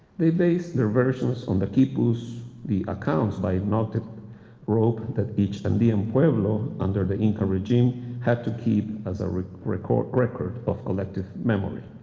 they based their versions on the quipus, the accounts by noted were open that each andean pueblo, under the incan regime had to keep as a record record of collective memory.